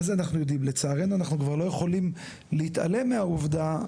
לצערנו אנחנו כבר לא יכולים להתעלם מהעובדה,